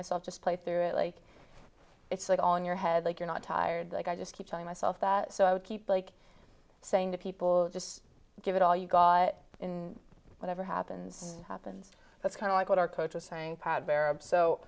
myself just play through it like it's like on your head like you're not tired i just keep telling myself that so i would keep like saying to people just give it all you got in whatever happens happens that's kind of like what our coach was saying